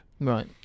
Right